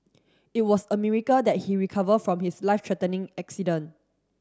it was a miracle that he recover from his life threatening accident